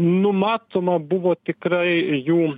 numatoma buvo tikrai jų